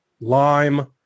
lime